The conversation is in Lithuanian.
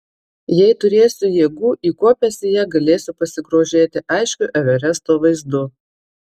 jei turėsiu jėgų įkopęs į ją galėsiu pasigrožėti aiškiu everesto vaizdu